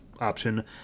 option